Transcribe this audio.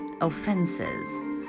offenses